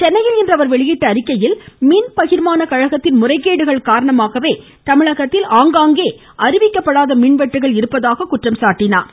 சென்னையில் இன்று அவர் வெளியிட்டுள்ள அறிக்கையில் மின் பகிர்மான கழகத்தின் முறைகேடுகள் காரணமாகவே தமிழகத்தில் ஆங்காங்கே அறிவிக்கப்படாத மின்வெட்டுகள் இருப்பதாக குற்றம் சாட்டியுள்ளார்